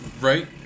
Right